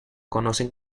conocen